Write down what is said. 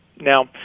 Now